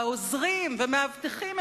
והעוזרים והמאבטחים,